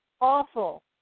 awful